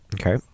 okay